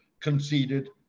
conceded